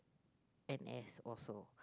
N_S also